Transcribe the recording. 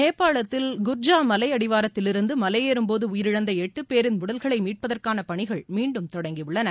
நேபாளத்தில் குர்ஜா மலை அடிவாரத்திலிருந்து மலையேறும் போது உயிரிழந்த எட்டு பேரின் உடல்களை மீட்பதற்கான பணிகள் மீண்டும் தொடங்கியுள்ளன